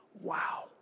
wow